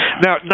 Now